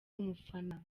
umufana